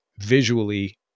visually